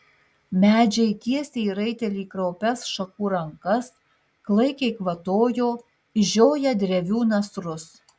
medžiai tiesė į raitelį kraupias šakų rankas klaikiai kvatojo išžioję drevių nasrus